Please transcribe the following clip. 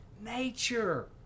nature